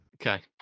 Okay